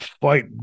Fight